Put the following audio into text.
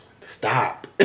stop